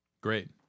Great